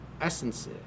essence